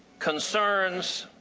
concerns